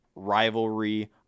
rivalry